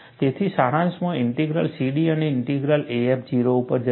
તેથી સારાંશમાં integral CD અને ઇન્ટિગ્રલ AF 0 ઉપર જશે